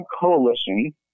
coalition